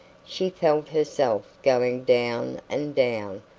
she felt herself going down and down,